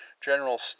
General